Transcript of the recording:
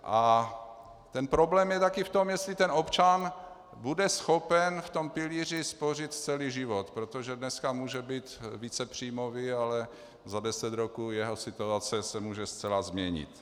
A ten problém je také v tom, jestli občan bude schopen v tom pilíři spořit celý život, protože dneska může být vícepříjmový, ale za deset roku jeho situace se může zcela změnit.